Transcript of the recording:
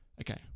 Okay